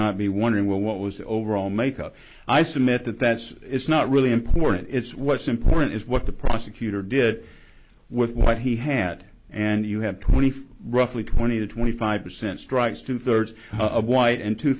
not be wondering well what was the overall makeup i submit that that's it's not really important it's what's important is what the prosecutor did with what he had and you have twenty five roughly twenty to twenty five percent strikes two thirds of white and two